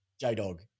J-Dog